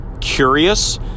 curious